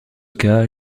cas